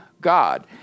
God